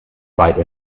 byte